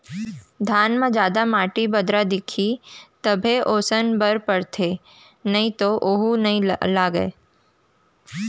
धान म जादा माटी, बदरा दिखही तभे ओसाए बर परथे नइ तो वोहू नइ लागय